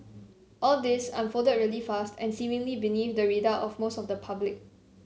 all this unfolded really fast and seemingly beneath the radar of most of the public